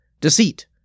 deceit